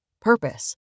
purpose